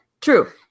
true